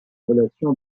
relation